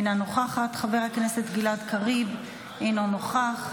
אינה נוכחת, חבר הכנסת גלעד קריב, אינו נוכח,